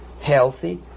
healthy